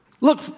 Look